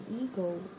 ego